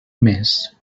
més